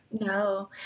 No